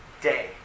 day